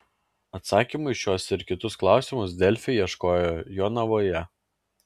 atsakymų į šiuos ir kitus klausimus delfi ieškojo jonavoje